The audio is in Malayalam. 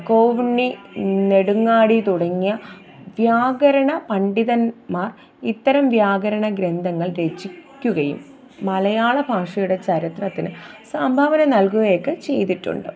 കോവുണ്ണി നെടുങ്ങാടി തുടങ്ങിയ വ്യാകരണ പണ്ഡിതന്മാര് ഇത്തരം വ്യാകരണ ഗ്രന്ഥങ്ങള് രചിക്കുകയും മലയാള ഭാഷയുടെ ചരിത്രത്തിന് സംഭാവന നല്കുകയൊക്കെ ചെയ്തിട്ടുണ്ട്